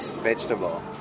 vegetable